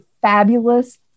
fabulous